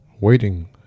waiting